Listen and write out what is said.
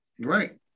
right